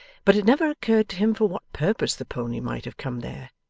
but it never occurred to him for what purpose the pony might have come there,